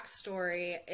backstory